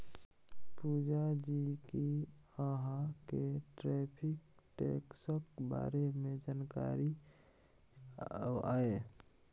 पुजा जी कि अहाँ केँ टैरिफ टैक्सक बारे मे जानकारी यै?